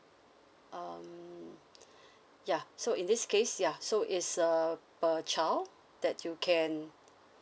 um ya so in this case ya so it's uh per child that you can